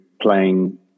playing